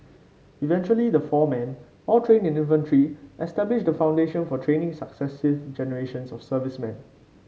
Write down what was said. eventually the four men all trained in infantry established the foundation for training successive generations of servicemen